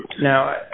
Now